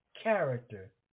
character